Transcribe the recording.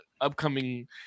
upcoming